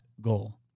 Goal